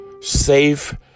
Safe